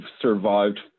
survived